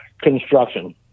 construction